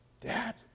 Dad